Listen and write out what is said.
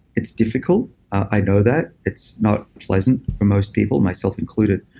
it's difficult. i know that it's not pleasant for most people, myself included.